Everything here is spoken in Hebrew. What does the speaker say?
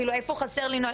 כאילו איפה חסר לי נוהל?